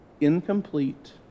incomplete